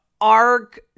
arc